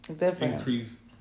increase